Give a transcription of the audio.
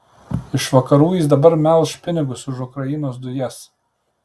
iš vakarų jis dabar melš pinigus už ukrainos dujas